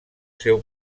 seu